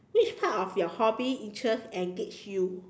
which part of your hobby interest engage you